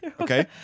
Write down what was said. Okay